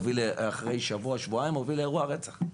אחרי שבוע שבועיים הוביל לאירוע רצח.